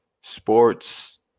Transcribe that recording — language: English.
sports